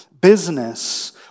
business